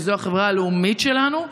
וזו החברה הלאומית שלנו.